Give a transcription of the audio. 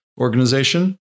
organization